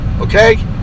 Okay